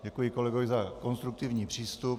Děkuji kolegovi za konstruktivní přístup.